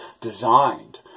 designed